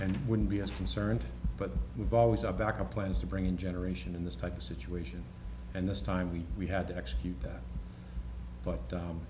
and wouldn't be as concerned but we've always our backup plans to bring in generation in this type of situation and this time we we had to execute that but